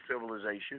civilization